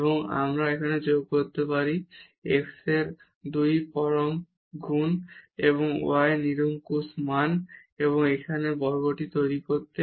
এবং তারপর আমরা এখানে যোগ করতে পারি x এর 2 গুণ পরম মান এবং y এর পরম মান এখানে এই বর্গটি তৈরি করতে